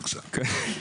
בבקשה (בצחוק).